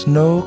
no